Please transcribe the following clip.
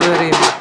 חברים.